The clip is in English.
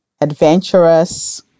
adventurous